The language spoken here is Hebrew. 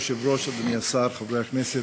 אדוני היושב-ראש, אדוני השר, חברי הכנסת,